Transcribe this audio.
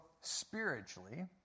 spiritually